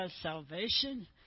salvation